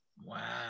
Wow